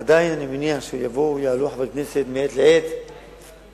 עדיין אני מניח שיבואו ויעלו חברי כנסת מעת לעת ויבקשו